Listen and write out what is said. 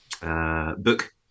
book